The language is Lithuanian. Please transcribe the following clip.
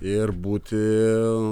ir būti